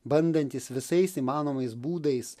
bandantys visais įmanomais būdais